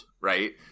right